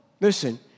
listen